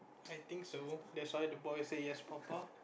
I think so that's why the boy say yes papa